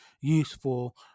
useful